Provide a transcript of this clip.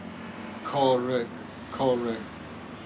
correct correct